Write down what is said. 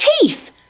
teeth